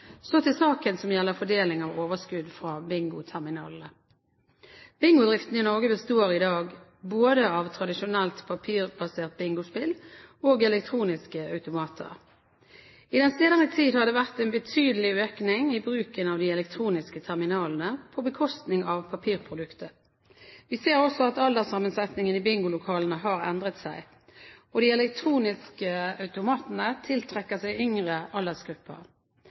Så til saken som gjelder fordeling av overskudd fra bingoterminalene: Bingodriften i Norge består i dag både av tradisjonelt papirbasert bingospill og elektroniske automater. I den senere tid har det vært en betydelig økning i bruken av de elektroniske terminalene på bekostning av papirproduktet. Vi ser også at alderssammensetningen i bingolokalene har endret seg, og de elektroniske automatene tiltrekker seg yngre aldersgrupper.